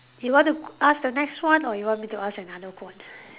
you want to ask the next one or you want me to ask another one